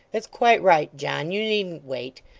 it's quite right, john, you needn't wait.